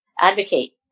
advocate